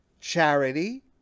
charity